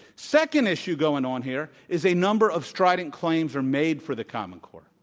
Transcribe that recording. second issue going on here is a number of strident claims were made for the common core.